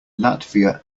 latvia